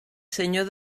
senyor